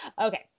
Okay